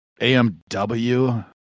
AMW